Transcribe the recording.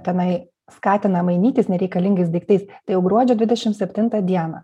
tenai skatina mainytis nereikalingais daiktais tai jau gruodžio dvidešim septintą dieną